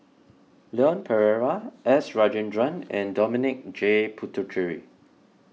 Leon Perera S Rajendran and Dominic J Puthucheary